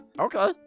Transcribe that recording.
Okay